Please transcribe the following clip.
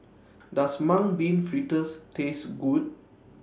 Does Mung Bean Fritters Taste Good